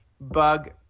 Bug